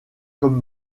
comme